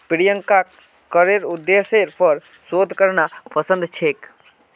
प्रियंकाक करेर उद्देश्येर पर शोध करना पसंद छेक